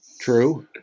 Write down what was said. True